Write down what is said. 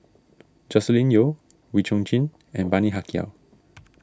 Joscelin Yeo Wee Chong Jin and Bani Haykal